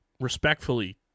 respectfully